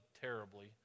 terribly